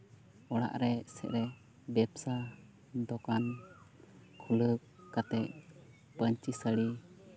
ᱚᱲᱟᱜ ᱨᱮ ᱵᱮᱵᱽᱥᱟ ᱫᱚᱠᱟᱱ ᱠᱷᱩᱞᱟᱹᱣ ᱠᱟᱛᱮ ᱯᱟᱹᱧᱪᱤ ᱥᱟᱹᱲᱤ